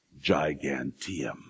giganteum